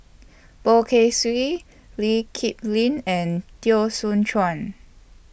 Poh Kay Swee Lee Kip Lin and Teo Soon Chuan